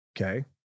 Okay